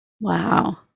Wow